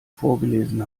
vorgelesen